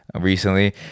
recently